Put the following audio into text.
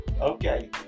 okay